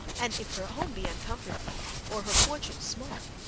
and if her home be uncomfortable, or her fortune small,